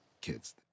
kids